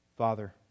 Father